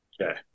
Okay